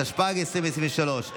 התשפ"ג 2023,